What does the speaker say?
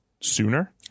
sooner